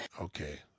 Okay